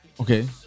okay